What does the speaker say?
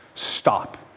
stop